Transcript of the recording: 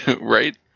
Right